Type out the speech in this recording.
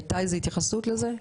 הייתה התייחסות לזה?